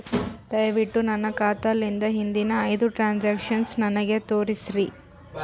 ದಯವಿಟ್ಟು ನನ್ನ ಖಾತಾಲಿಂದ ಹಿಂದಿನ ಐದ ಟ್ರಾಂಜಾಕ್ಷನ್ ನನಗ ತೋರಸ್ರಿ